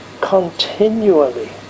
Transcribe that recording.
continually